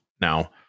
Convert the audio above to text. Now